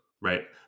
right